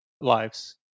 lives